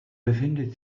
befindet